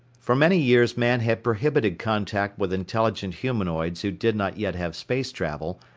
for many years man had prohibited contact with intelligent humanoids who did not yet have space travel,